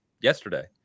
yesterday